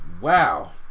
Wow